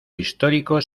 histórico